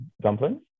dumplings